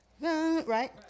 right